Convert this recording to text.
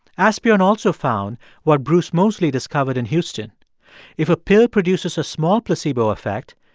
asbjorn also found what bruce moseley discovered in houston if a pill produces a small placebo effect,